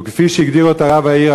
וכפי שהגדיר אותה רב העיר,